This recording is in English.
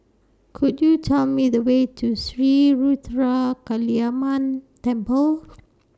Could YOU Tell Me The Way to Sri Ruthra Kaliamman Temple